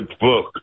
book